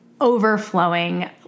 overflowing